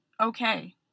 okay